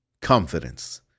confidence